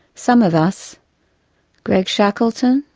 some of us greg shackleton,